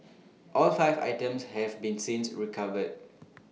all five items have been since recovered